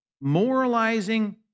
moralizing